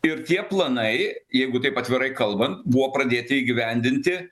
ir tie planai jeigu taip atvirai kalbant buvo pradėti įgyvendinti